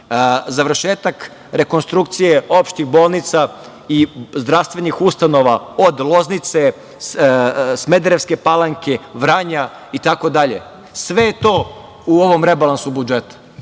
završetak rekonstrukcije opštih bolnica i zdravstvenih ustanova od Loznice, Smederevske Palanke, Vranja itd. Sve je to u ovom rebalansu budžeta. Zemlje